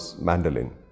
mandolin